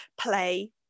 play